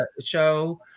show